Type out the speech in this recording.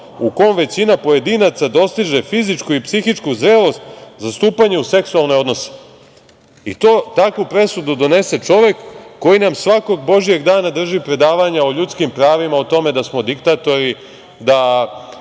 u kom većina pojedinaca dostiže fizičku i psihičku zrelost za stupanje u seksualne odnose."Takvu presudu donese čovek koji nam svakog Božijeg dana drži predavanja o ljudskim pravima, o tome da smo diktatori, da